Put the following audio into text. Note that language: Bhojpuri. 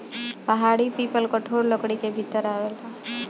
पहाड़ी पीपल कठोर लकड़ी के भीतर आवेला